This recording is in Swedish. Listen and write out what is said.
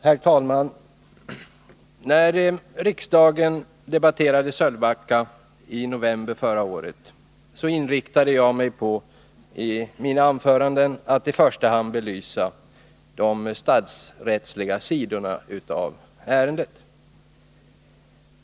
Herr talman! När riksdagen debatterade Sölvbackaproblematiken i november förra året inriktade jag mig i mina anföranden på att i första hand belysa de statsrättsliga sidorna av ärendet.